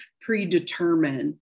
predetermine